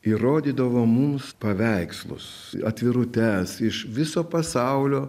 ir rodydavo mums paveikslus atvirutes iš viso pasaulio